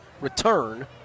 return